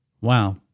Wow